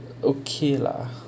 okay lah